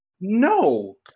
No